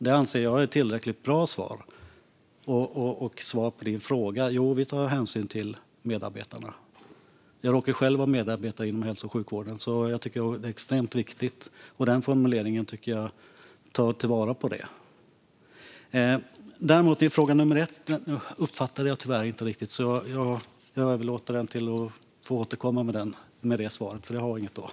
Det anser jag är ett tillräckligt bra svar. Som svar på din fråga: Jo, vi tar hänsyn till medarbetarna. Jag råkar själv vara medarbetare inom hälso och sjukvården, så jag tycker att detta är extremt viktigt. Jag tycker också att denna formulering tillgodoser det här. Däremot uppfattade jag tyvärr inte riktigt fråga nummer ett, så jag får be att återkomma med svaret på den. Jag har alltså inget svar nu.